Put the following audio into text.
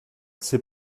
c’est